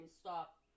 Stop